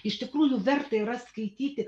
iš tikrųjų verta yra skaityti